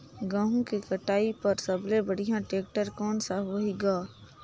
गहूं के कटाई पर सबले बढ़िया टेक्टर कोन सा होही ग?